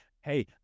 Hey